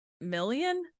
Million